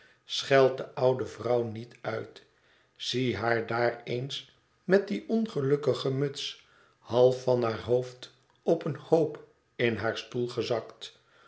scheld de oude vrouw niet uit zie haar daar eens met die ongelukkige muts half van haar hoofd op een hoop in haar stoel gezakt